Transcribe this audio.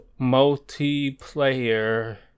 multiplayer